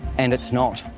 and it's not.